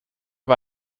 war